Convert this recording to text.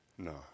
No